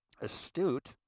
astute